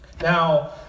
now